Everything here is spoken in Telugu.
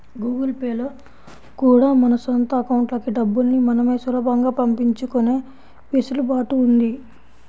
గూగుల్ పే లో కూడా మన సొంత అకౌంట్లకి డబ్బుల్ని మనమే సులభంగా పంపించుకునే వెసులుబాటు ఉంది